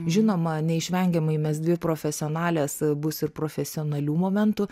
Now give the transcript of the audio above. žinoma neišvengiamai mes dvi profesionalės bus ir profesionalių momentų